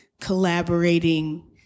collaborating